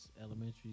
elementary